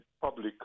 public